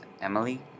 Emily